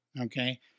Okay